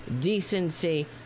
Decency